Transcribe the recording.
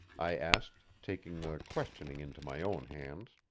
i asked, taking the questioning into my own hands.